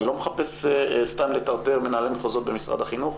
אני לא מחפש סתם לטרטר מנהלי מחוזות במשרד החינוך.